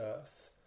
Earth